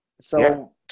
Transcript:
So-